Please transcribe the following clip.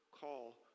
call